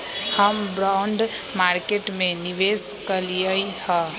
हम bond market में निवेश कलियइ ह